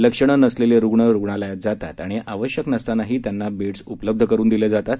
लक्षणं नसलेले रुग्ण रुग्णालयात जातात आणि आवश्यक नसतानाही त्यांना बेड्स उपलब्ध करून दिले जातात